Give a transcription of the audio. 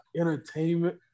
entertainment